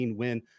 win